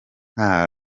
nta